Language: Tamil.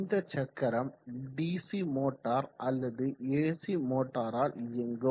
இந்த சக்கரம் டிசி மோட்டார் அல்லது ஏசி மோட்டாரால் இயங்கும்